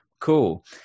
Cool